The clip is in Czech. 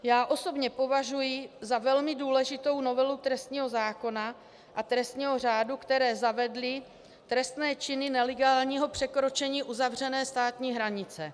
Já osobně považuji za velmi důležitou novelu trestního zákona a trestního řádu, které zavedly trestné činy nelegálního překročení uzavřené státní hranice.